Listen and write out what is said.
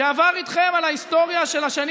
והוא עבר איתכם על ההיסטוריה של השנים